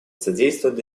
содействовать